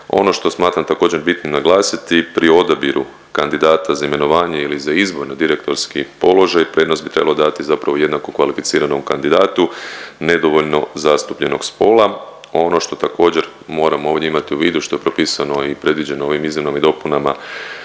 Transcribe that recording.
Ono što smatram također bitnim naglasiti pri odabiru kandidata za imenovanje ili za izbor na direktorski položaj prednost bi trebalo dati zapravo jednako kvalificiranom kandidatu nedovoljno zastupljenog spola. Ono što također moramo ovdje imati u vidu što je propisano i predviđeno ovim izmjenama i dopunama